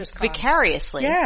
vicariously